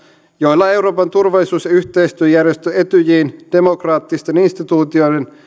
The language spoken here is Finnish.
joilla euroopan turvallisuus ja yhteistyöjärjestö etyjin demokraattisten instituutioiden